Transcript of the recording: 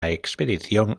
expedición